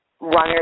runners